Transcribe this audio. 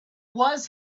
was